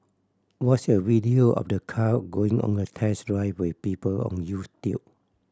watch a video of the car going on a test drive with people on YouTube